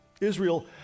Israel